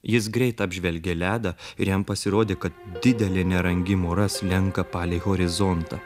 jis greit apžvelgė ledą ir jam pasirodė kad didelė nerangi mora slenka palei horizontą